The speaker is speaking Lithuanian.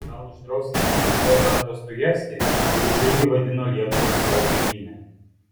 gal uždraus skaityti fiodorą dostojevskį kuris irgi vadino lietuvą savo tėvyne